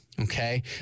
okay